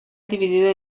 dividido